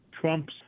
Trump's